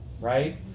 Right